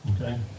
Okay